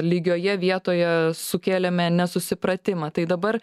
lygioje vietoje sukėlė nesusipratimą tai dabar